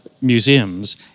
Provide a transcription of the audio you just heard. museums